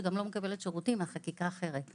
שגם לא מקבלת שירותים מהחקיקה האחרת.